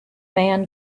man